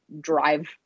drive